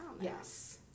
yes